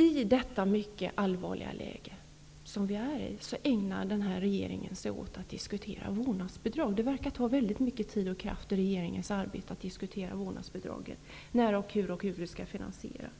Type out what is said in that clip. I detta mycket allvarliga läge som vi nu befinner oss i ägnar sig regeringen åt att diskutera frågan om vårdnadsbidrag. Det verkar som om det tar väldigt mycket tid och kraft av regeringens arbete att diskutera när och hur vårdnadsbidraget skall finansieras.